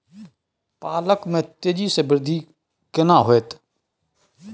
पालक में तेजी स वृद्धि केना होयत?